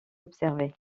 observé